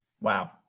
Wow